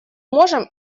можем